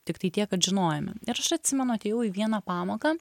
tiktai tiek kad žinojome ir aš atsimenu atėjau į vieną pamoką